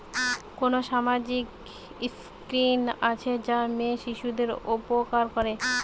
কোন সামাজিক স্কিম আছে যা মেয়ে শিশুদের উপকার করে?